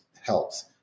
helps